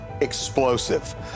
explosive